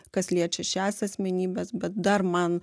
kas liečia šias asmenybes bet dar man